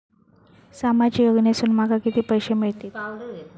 सामाजिक योजनेसून माका किती पैशे मिळतीत?